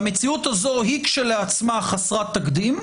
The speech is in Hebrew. והמציאות הזאת היא כשלעצמה חסרת תקדים,